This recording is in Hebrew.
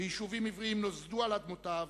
ויישובים עבריים נוסדו על אדמותיו,